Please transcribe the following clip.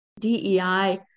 DEI